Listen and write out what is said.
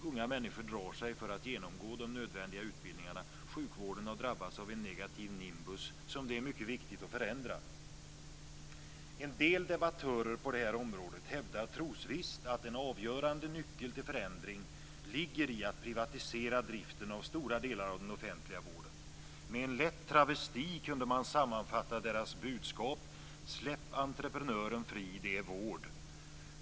Unga människor drar sig för att genomgå de nödvändiga utbildningarna. Sjukvården har drabbats av en negativ nimbus som det är mycket viktigt att förändra. En del debattörer på detta område hävdar trosvisst att en avgörande nyckel till förändring ligger i att privatisera driften av stora delar av den offentliga vården. Med en lätt travesti kan man sammanfatta deras budskap: Släpp entreprenören fri, det är vård!